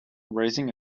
raising